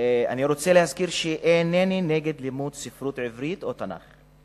אני רוצה להזכיר שאינני נגד לימוד ספרות עברית או תנ"ך,